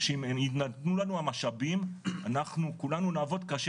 שאם יינתנו לנו המשאבים אנחנו כולנו נעבוד קשה